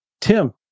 Tim